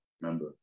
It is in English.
remember